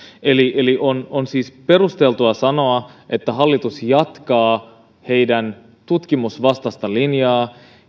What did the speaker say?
on on siis perusteltua sanoa että hallitus jatkaa tutkimusvastaista linjaansa